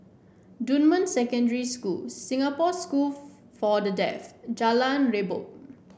Dunman Secondary School Singapore School for the Deaf Jalan Redop